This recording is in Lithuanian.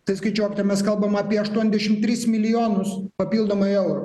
tai skaičiuokite mes kalbam apie aštuoniasdešim tris milijonus papildomai eurų